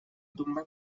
tumba